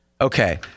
Okay